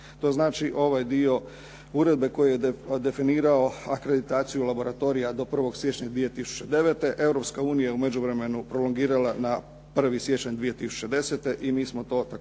To znači ovaj dio uredbe koji je definirao akreditaciju laboratorija do 1. siječnja 2009. Europska unija u međuvremenu prolongirala na 1. siječanj 2010. i mi smo to također